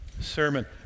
sermon